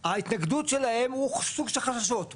ההתנגדות שלהם הם סוג של חששות,